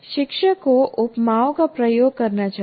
शिक्षक को उपमाओं का प्रयोग करना चाहिए